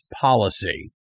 policy